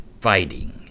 fighting